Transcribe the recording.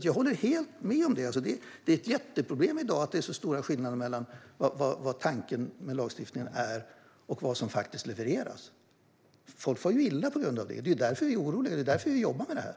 Jag håller med om att det är ett jätteproblem att det är så stor skillnad mellan vad tanken med lagstiftningen är och vad som faktiskt levereras. Folk far illa på grund av det, och det är därför vi är oroliga och jobbar med detta.